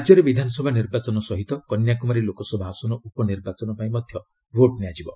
ରାଜ୍ୟରେ ବିଧାନସଭା ନିର୍ବାଚନ ସହିତ କନ୍ୟାକୁମାରୀ ଲୋକସଭା ଆସନ ଉପନିର୍ବାଚନ ପାଇଁ ମଧ୍ୟ ଭୋଟ୍ ନିଆଯିବ